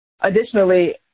Additionally